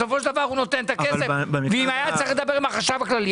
בסופו של דבר הוא נותן את הכסף ואם היה צריך לדבר עם החשב הכללי,